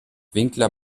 winkler